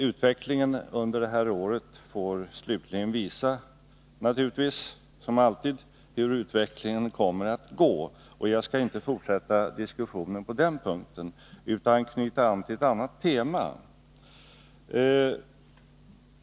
Utvecklingen under det här året får naturligtvis som alltid slutligen visa hur det kommer att gå. Jag skall inte fortsätta diskussionen på den punkten, utan knyta an till ett annat tema.